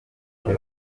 sept